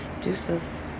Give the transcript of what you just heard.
Deuces